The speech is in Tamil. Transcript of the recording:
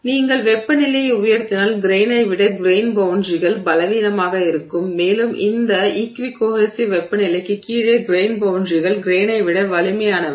எனவே நீங்கள் வெப்பநிலையை உயர்த்தினால் கிரெய்னை விட கிரெய்ன் பௌண்டரிகள் பலவீனமாக இருக்கும் மேலும் இந்த ஈக்வி கோஹெஸிவ் வெப்பநிலைக்குக் கீழே கிரெய்ன் பௌண்டரிகள் கிரெய்னை விட வலிமையானவை